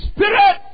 Spirit